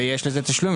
ויש לזה תשלום.